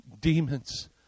demons